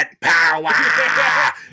power